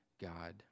God